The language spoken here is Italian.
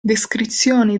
descrizioni